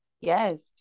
Yes